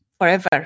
forever